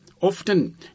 often